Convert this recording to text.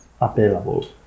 available